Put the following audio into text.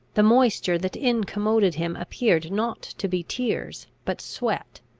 the moisture that incommoded him appeared not to be tears, but sweat.